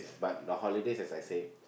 but the holidays as I say